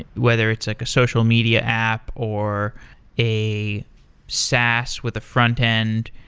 whether it's like a social media app or a sas with a front-end,